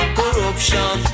corruption